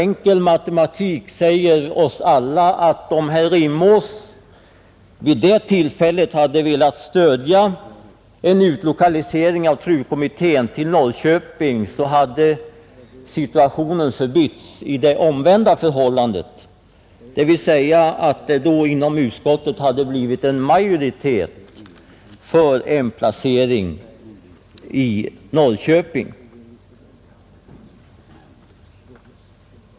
Enkel matematik säger oss alla att om herr Rimås vid det tillfället velat stödja en utlokalisering av TRU-kommittén till Norrköping, så hade förhållandet blivit det omvända, dvs. det hade blivit en majoritet inom utskottet för placering i Norrköping.